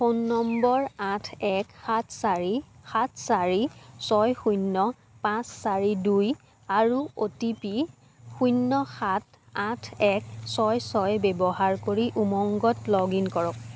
phone নম্বৰ আঠ এক সাত চাৰি সাত চাৰি ছয় শূন্য় পাঁচ চাৰি দুই আৰু অ' টি পি শূন্য় সাত আঠ এক ছয় ছয় ব্যৱহাৰ কৰি উমংগত লগ ইন কৰক